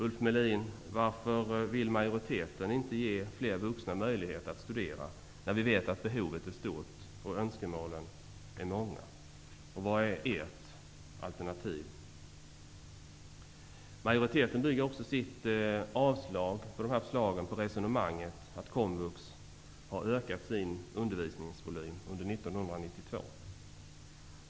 Ulf Melin! Varför vill majoriteten inte ge fler vuxna möjlighet att studera när vi vet att behovet är stort och önskemålen många? Vad är ert alternativ? Majoriteten bygger också avslaget på förslagen på resonemanget att komvux under 1992 har ökat sin undervisningsvolym.